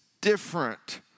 different